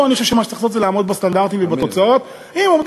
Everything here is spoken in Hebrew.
אני חושב